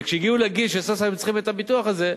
וכשהגיעו לגיל שסוף-סוף הם צריכים את הביטוח הזה,